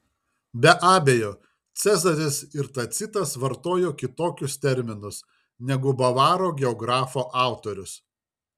be abejo cezaris ir tacitas vartojo kitokius terminus negu bavarų geografo autorius